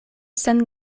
sen